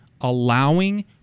allowing